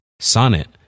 Sonnet